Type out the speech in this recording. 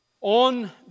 on